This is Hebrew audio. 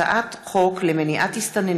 של אזרבייג'ן בדבר מניעת כפל מס ומניעת התחמקות